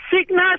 sickness